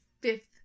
fifth